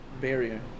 barrier